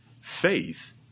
Faith